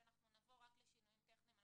שאנחנו נבוא רק לשינויים טכניים,